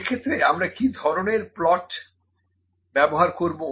সেক্ষেত্রে আমরা কি ধরনের প্লট ব্যবহার করবো